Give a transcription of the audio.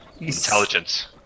intelligence